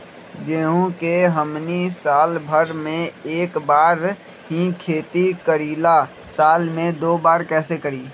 गेंहू के हमनी साल भर मे एक बार ही खेती करीला साल में दो बार कैसे करी?